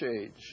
age